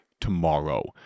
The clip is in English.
tomorrow